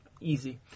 Easy